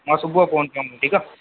मां सुबुह जो फ़ोन कंदमि ठीकु आहे